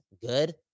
good